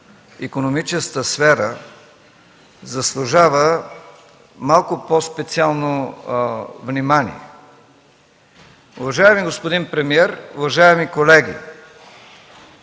икономическата сфера, заслужава малко по-специално внимание. Уважаеми господин премиер, уважаеми колеги,